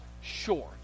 short